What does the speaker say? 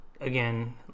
again